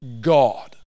God